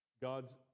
God's